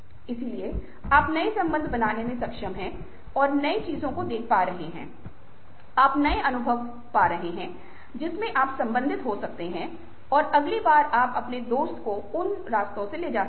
इसलिए आप नए संबंध बनाने में सक्षम हैं आप नई चीजों को देख पा रहे हैं आप नए अनुभव कर पा रहे हैं जिससे आप संबंधित हो सकते हैं और अगली बार आप अपने दोस्त को उन रास्तों पर ले जा सकते हैं